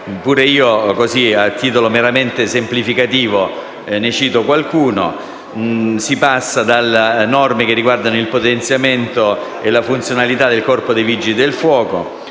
anche io, a titolo meramente esemplificativo, ne cito qualcuno: si passa da norme che riguardano il potenziamento e la funzionalità del Corpo dei vigili del fuoco